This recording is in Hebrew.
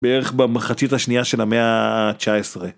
בערך במחצית השנייה של המאה ה-19.